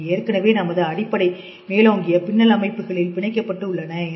இவை ஏற்கனவே நமது அடிப்படை மேலோங்கிய பின்னல் அமைப்புகளில் பிணைக்கப்பட்டு உள்ளன